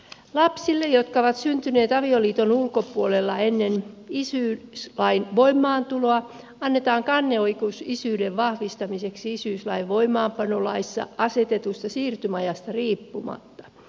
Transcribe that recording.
lapsille jotka ovat syntyneet avioliiton ulkopuolella ennen isyyslain voimaantuloa annetaan kanneoikeus isyyden vahvistamiseksi isyyslain voimaanpanolaissa asetetusta siirtymäajasta riippumatta